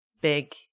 big